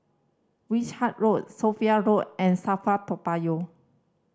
Wishart Road Sophia Road and SAFRA Toa Payoh